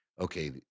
okay